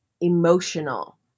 emotional